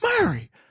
Mary